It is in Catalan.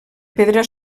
pedra